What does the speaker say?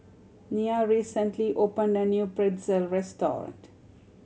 Nya recently opened a new Pretzel restaurant